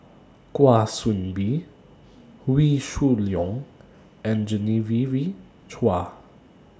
Kwa Soon Bee Wee Shoo Leong and Genevieve Chua